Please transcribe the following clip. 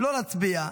לא להצביע,